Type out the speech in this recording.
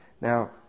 Now